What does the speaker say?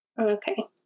Okay